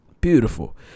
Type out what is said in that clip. Beautiful